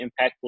impactful